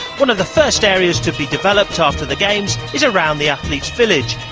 one of the first areas to be developed after the games is around the athletes' village.